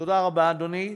תודה רבה, אדוני.